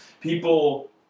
people